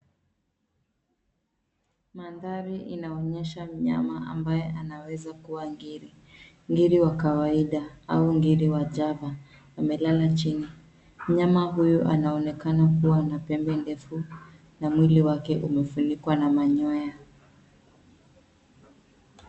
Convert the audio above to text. Mandhari inaonyesha mnyama ambaye anaweza kuwa ngiri. Ngiri wa kawaida au ngiri wa ajabu amelala chini. Mnyama huyu anaonekana kuwa ana pembe ndefu na mwili wake umefunikwa na manyoya.